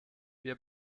wir